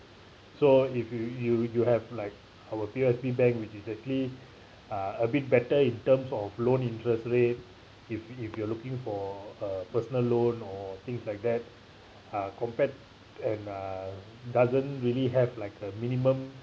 so if you you you have like our P_O_S_B bank which is actually uh a bit better in terms of loan interest rate if if you are looking for a personal loan or things like that uh compared and doesn't really have like a minimum